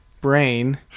brain